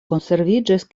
konserviĝis